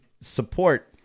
support